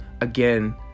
again